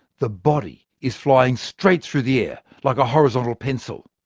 the body is flying straight through the air, like a horizontal pencil.